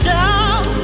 down